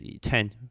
ten